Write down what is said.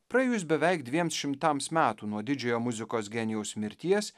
praėjus beveik dviems šimtams metų nuo didžiojo muzikos genijaus mirties